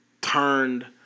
Turned